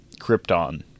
Krypton